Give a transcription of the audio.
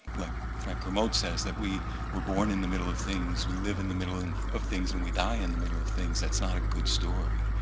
like frank kermode says, that we were born in the middle of things we live in the middle of and of things and we die in the middle of things that's not a good story.